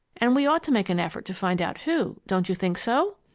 and we ought to make an effort to find out who. don't you think so?